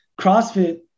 CrossFit